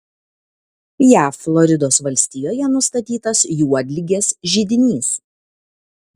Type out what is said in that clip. jav floridos valstijoje nustatytas juodligės židinys